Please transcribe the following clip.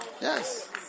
Yes